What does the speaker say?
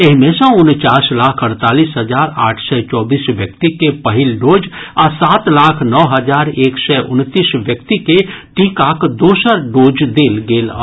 एहि मे सँ उनचास लाख अड़तालीस हजार आठ सय चौबीस व्यक्ति के पहिल डोज आ सात लाख नओ हजार एक सय उनतीस व्यक्ति के टीकाक दोसर डोज देल गेल अछि